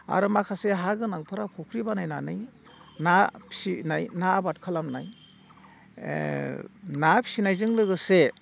आरो माखासे हा गोनांफ्रा फुख्रि बानायनानै ना फिसिनाय ना आबाद खालामनाय ना फिसिनायजों लोगोसे